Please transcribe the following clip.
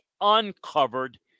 uncovered